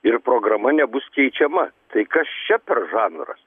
ir programa nebus keičiama tai kas čia per žanras